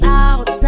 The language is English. out